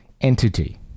entity